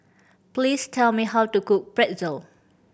please tell me how to cook Pretzel